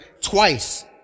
twice